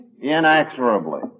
inexorably